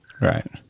Right